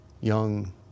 young